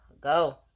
go